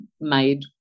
made